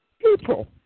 people